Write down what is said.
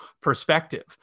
perspective